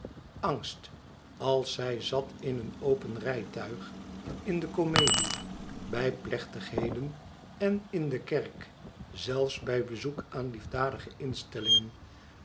angst als zij zat in een open rijtuig in de comedie bij plechtigheden en in de kerk zelfs bij bezoek aan liefdadige instellingen